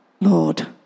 Lord